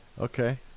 Okay